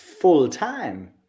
full-time